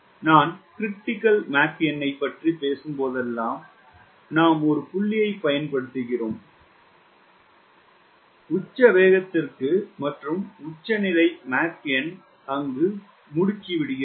நான் Mcr பற்றி பேசும்போதெல்லாம் நாம் ஒரு புள்ளியை பயன்படுத்துகிறோம்வேகம் உச்ச வேகத்திற்கு மற்றும் உச்சநிலை மாக் எண் முடுக்கிவிடுகிறது